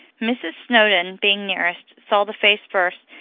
mrs. snowdon, being nearest, saw the face first,